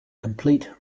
complete